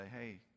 hey